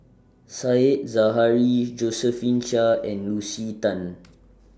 Said Zahari Josephine Chia and Lucy Tan